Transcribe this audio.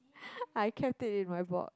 I kept it in my box